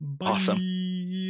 Awesome